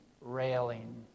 railing